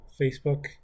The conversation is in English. Facebook